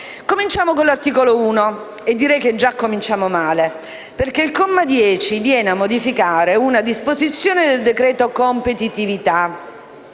Cominciamo con l'articolo 1 - e direi che già cominciamo male - perché il comma 10 viene a modificare una disposizione del decreto-legge competitività